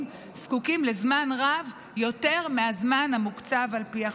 זקוקים לזמן רב יותר מהזמן המוקצב על פי החוק.